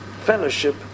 fellowship